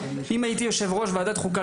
אם הייתי יושב-ראש ועדת חוקה,